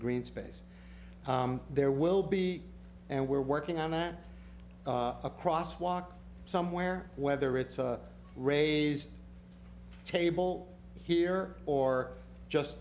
green space there will be and we're working on that across walk somewhere whether it's raised table here or just